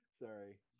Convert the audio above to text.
Sorry